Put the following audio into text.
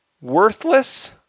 worthless